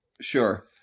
Sure